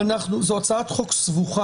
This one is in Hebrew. ואנחנו יודעים שלא כל דבר ניתן לצפייה מראש,